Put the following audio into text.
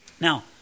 Now